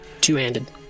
Two-handed